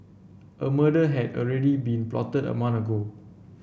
a murder had already been plotted a month ago